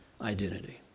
identity